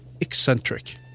eccentric